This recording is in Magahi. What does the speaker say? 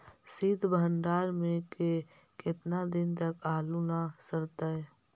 सित भंडार में के केतना दिन तक आलू न सड़तै?